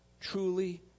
truly